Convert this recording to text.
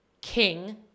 king